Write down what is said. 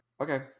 Okay